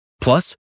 Plus